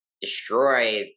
destroy